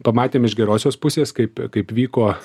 pamatėm iš gerosios pusės kaip kaip vyko